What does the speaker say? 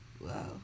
Wow